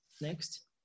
Next